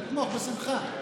שלוש דקות.